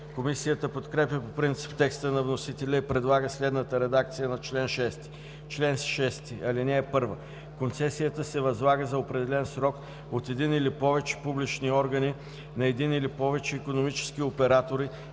Комисията подкрепя по принцип текста на вносителя и предлага следната редакция на чл. 6: „Чл. 6. (1) Концесията се възлага за определен срок от един или повече публични органи на един или повече икономически оператори